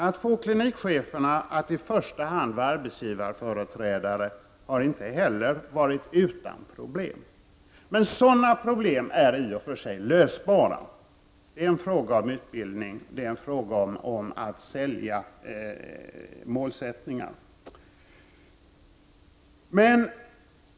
Att få klinikcheferna att i första hand vara arbetsgivarföreträdare har inte heller varit utan problem. Men sådana problem är i och för sig lösbara; det är en fråga om utbildning och en fråga om att sälja målsättningar.